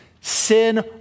sin